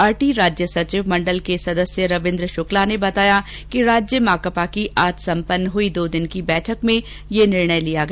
party राज्य सचिव मण्डल के सदस्य रवीन्द्र शुक्ला ने बताया कि राज्य माकेपा की आज सम्पन्न हुई दो दिन की बैठक में यह निर्णय लिया गया